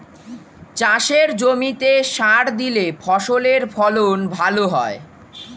চাষের জমিতে সার দিলে ফসলের ফলন ভালো হয়